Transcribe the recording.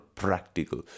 practical